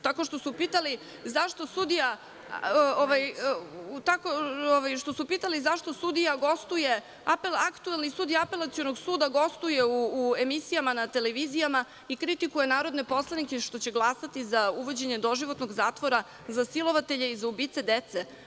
Tako što su pitali – zašto sudija gostuje, aktuelni sudija Apelacionog suda gostuje u emisijama na televizijama i kritikuje narodne poslanike što će glasati za uvođenje doživotnog zatvora za silovatelje i ubice dece.